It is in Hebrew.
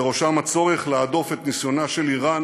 ובראשם הצורך להדוף את ניסיונה של איראן